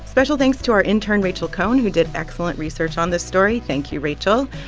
special thanks to our intern rachel cohn, who did excellent research on this story. thank you, rachel.